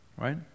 right